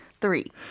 Three